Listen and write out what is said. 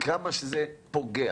וכמה שזה פוגע,